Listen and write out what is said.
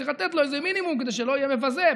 צריך לתת לו איזשהו מינימום כדי שלא יהיה מבזה,